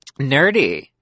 Nerdy